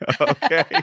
Okay